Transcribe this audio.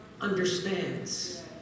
understands